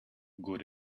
good